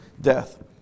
death